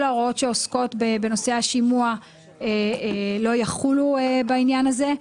כל ההוראות שעוסקות בנושא השימוע לא יחולו בעניין הזה.